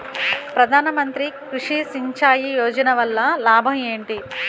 ప్రధాన మంత్రి కృషి సించాయి యోజన వల్ల లాభం ఏంటి?